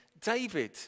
David